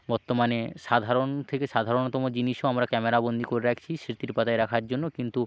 বর্তমানে সাধারণ থেকে সাধারণতম জিনিসও আমরা ক্যামেরা বন্দী করে রাখি স্মৃতির পাতায় রাখার জন্য কিন্তু